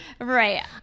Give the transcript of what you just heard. right